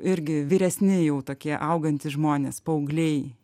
irgi vyresni jau tokie augantys žmonės paaugliai